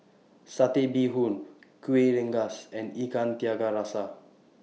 Satay Bee Hoon Kueh Rengas and Ikan Tiga Rasa